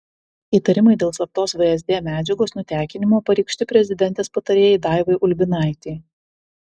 įtarimai dėl slaptos vsd medžiagos nutekinimo pareikšti prezidentės patarėjai daivai ulbinaitei